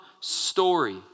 story